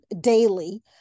daily